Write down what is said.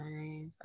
Nice